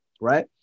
Right